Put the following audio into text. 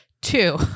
Two